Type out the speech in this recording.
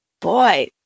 boy